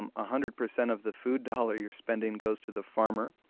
and ah hundred percent of the food dollar you're spending goes to the farmer.